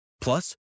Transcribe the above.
Plus